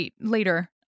later